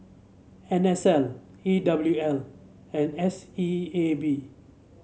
N S L E W L and S E A B